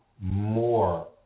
more